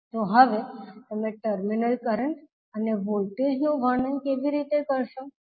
તો હવે તમે ટર્મિનલ કરંટ અને વોલ્ટેજ નું વર્ણન કેવી રીતે કરશો